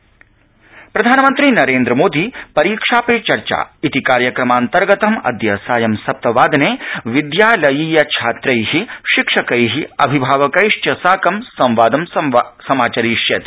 परीक्षा पे चर्चा प्रधानमन्त्री नरेन्द्रमोदी परीक्षा पे चर्चाइति कार्यक्रमान्तर्गतम् अद्य सायं सप्तवादने विद्यालयीय छात्रै शिक्षकै अभिभावकैश्च साकं संवादं समाचरिष्यति